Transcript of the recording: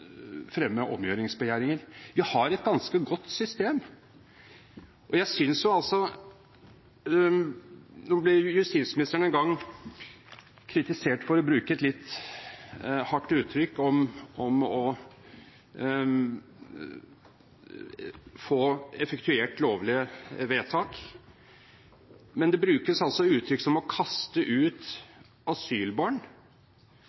fremme omgjøringsbegjæringer. Vi har et ganske godt system. Justisministeren ble en gang kritisert for å bruke et litt hardt uttrykk om å få effektuert lovlige vedtak, men det brukes altså uttrykk som «å kaste ut asylbarn».